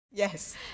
Yes